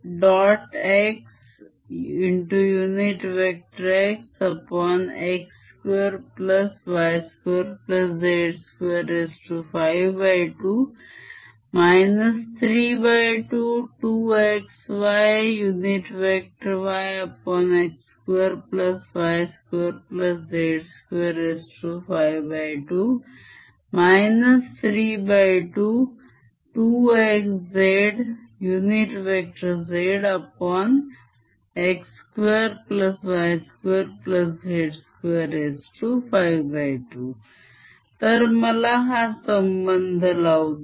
xxx2y2z252 322xyyx2y2z252 322xzzx2y2z252 तर मला हा संबंध लावू दे